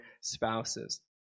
spouses